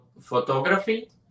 photography